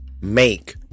make